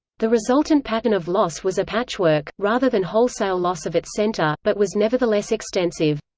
the resultant pattern of loss was a patchwork, rather than wholesale loss of its centre, but was nevertheless extensive.